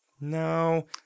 No